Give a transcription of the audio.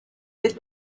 with